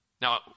Now